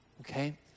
okay